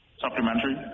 Supplementary